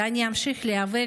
ואני אמשיך להיאבק